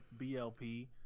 BLP